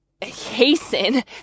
hasten